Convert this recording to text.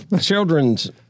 children's